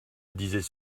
disait